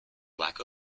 lack